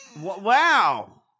Wow